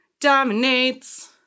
dominates